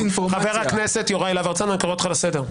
חברת הכנסת דבי ביטון, אני קורא אותך לסדר.